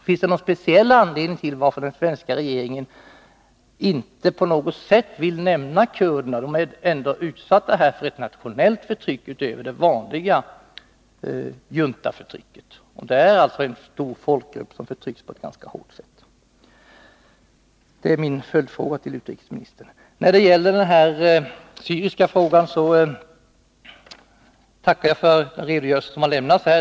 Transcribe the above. Finns det någon speciell anledning till att den svenska regeringen inte på något sätt vill nämna kurderna? De är ändå utsatta för ett nationellt förtryck utöver det vanliga juntaförtrycket. Det är alltså en stor folkgrupp som förtrycks på ett ganska hårt sätt. Det är min följdfråga till utrikesministern. När det gäller den syriska frågan tackar jag för den redogörelse som lämnats här.